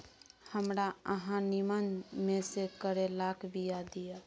हमरा अहाँ नीमन में से करैलाक बीया दिय?